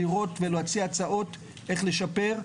לראות ולהציע הצעות איך לשפר.